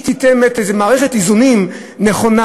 היא תיתן מערכת איזונים נכונה,